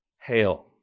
hail